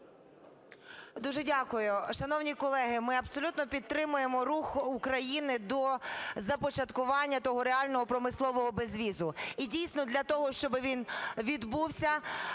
Дуже дякую. Шановні колеги, ми абсолютно підтримуємо рух України до започаткування того реального промислового безвізу. І дійсно для того, щоби він відбувся,